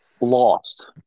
lost